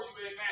amen